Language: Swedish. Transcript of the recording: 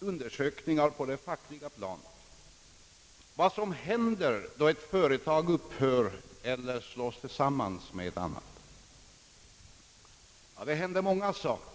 undersökningar på det fackliga planet av vad som händer då ett företag upphör eller slås sammans med ett annat. Det händer många saker.